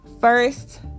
First